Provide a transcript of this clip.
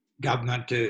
government